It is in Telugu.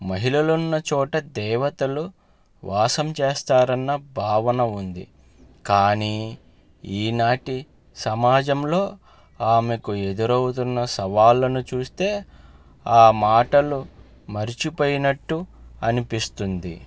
మహిళలున్న చోట దేవతలు వాసం చేస్తారన్న భావన ఉంది కానీ ఈనాటి సమాజంలో ఆమెకు ఎదురవుతున్న సవాళ్ళను చూస్తే ఆ మాటలు మర్చిపోయినట్టు అనిపిస్తుంది